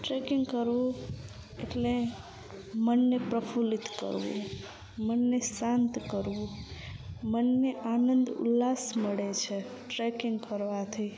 tracking કરવું એટલે મનને પ્રફુલ્લિત કરવું મનને શાંત કરવું મનને આનંદ ઉલ્લાસ મળે છે ટ્રેકિંગ કરવાથી